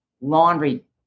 laundry